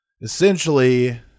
Essentially